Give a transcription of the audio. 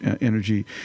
energy